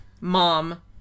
Mom